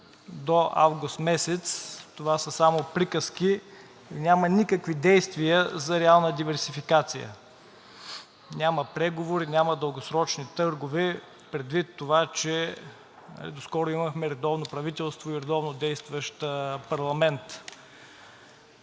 до август месец това са само приказки и няма никакви действия за реална диверсификация. Няма преговори, няма дългосрочни търгове, предвид това, че доскоро имахме редовно правителство и редовно действащ парламент.